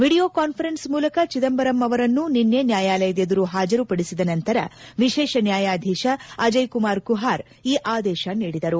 video conference ಮೂಲಕ ಚಿದಂಬರಂ ಅವರನ್ನು ನಿನ್ನೆ ನ್ಯಾಯಾಲಯದೆದುರು ಹಾಜರುಪಡಿಸಿದ ನಂತರ ವಿಶೇಷ ನ್ಯಾಯಾಧೀಶ ಅಜಯ್ ಕುಮಾರ್ ಕುಹಾರ್ ಈ ಆದೇಶ ನೀಡಿದರು